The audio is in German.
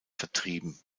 vertrieben